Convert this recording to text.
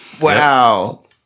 Wow